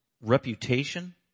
reputation